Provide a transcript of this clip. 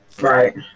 Right